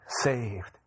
saved